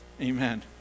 Amen